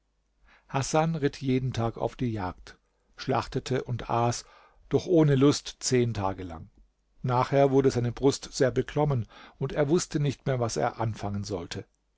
hasan ritt jeden tag auf die jagd schlachtete und aß doch ohne lust zehn tage lang nachher wurde seine brust sehr beklommen und er wußte nicht mehr was er anfangen sollte